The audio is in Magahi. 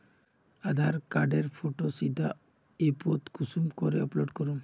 आधार कार्डेर फोटो सीधे ऐपोत कुंसम करे अपलोड करूम?